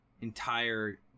entire